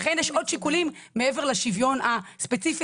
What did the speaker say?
יש עוד שיקולים מעבר לשוויון הספציפי